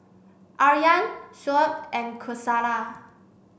Aryan Shoaib and Qaisara